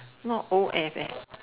not O F eh